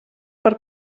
per